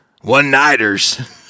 one-nighters